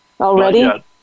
already